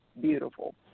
beautiful